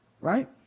Right